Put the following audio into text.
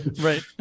Right